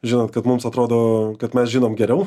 žinant kad mums atrodo kad mes žinom geriau